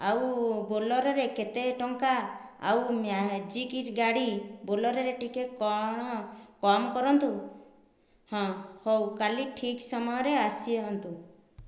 ଆଉ ବୋଲରୋ ରେ କେତେଟଙ୍କା ଆଉ ମ୍ୟାଜିକ ଗାଡ଼ି ବୋଲରୋ ରେ ଟିକେ କ'ଣ କମ୍ କରନ୍ତୁ ହଁ ହେଉ କାଲି ଠିକ୍ ସମୟରେ ଆସନ୍ତୁ